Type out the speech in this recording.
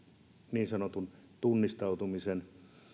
niin sanotun tunnistautumisen